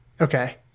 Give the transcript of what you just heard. Okay